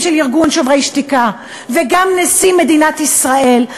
של ארגון "שוברים שתיקה" וגם נשיא מדינת ישראל,